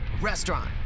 restaurant